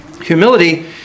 humility